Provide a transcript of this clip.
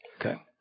Okay